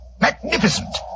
Magnificent